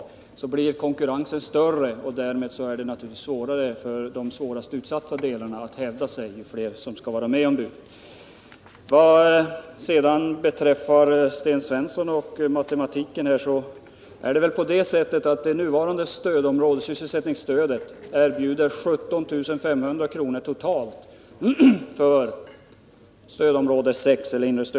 Konkurrensen blir därigenom större, och därmed är det naturligtvis också svårare för de värst utsatta delarna att hävda sig. Ju flera som skall vara med om budet, desto hårdare blir det. Vad sedan beträffar Sten Svenssons matematik vill jag säga att det nuvarande sysselsättningsstödet erbjuder 17 500 kr. totalt för det inre stödområdet.